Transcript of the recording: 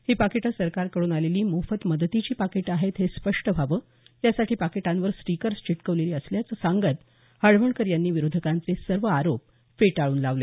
ही पाकिटं सरकारकडून आलेली मोफत मदतीची पाकिटं आहेत हे स्पष्ट व्हावं यासाठी पाकिटांवर स्टीकर्स चिकटवलेली असल्याचं सांगत हळवणकर यांनी विरोधकांचे सर्व आरोप फेटाळून लावले